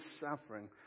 suffering